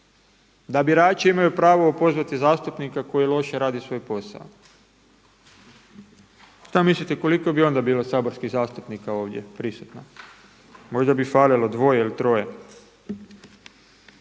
Da birači imaju pravo opozvati zastupnika koji loše radi svoj posao. Šta mislite koliko bi onda bilo saborskih zastupnika ovdje prisutno? Možda bi falilo dvoje ili troje.